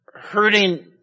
hurting